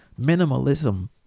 minimalism